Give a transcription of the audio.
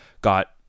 Got